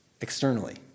externally